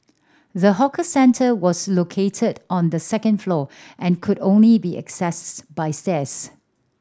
the hawker centre was located on the second floor and could only be accessed by stairs